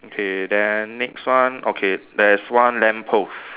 okay then next one okay there's one lamppost